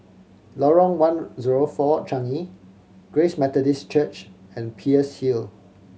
Lorong One Zero Four Changi Grace Methodist Church and Peirce Hill